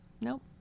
Nope